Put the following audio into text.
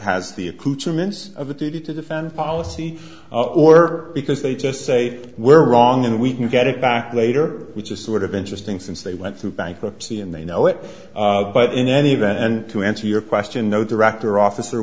accoutrements of a duty to defend policy or because they just say we're wrong and we can get it back later which is sort of interesting since they went through bankruptcy and they know it but in any event and to answer your question no director officer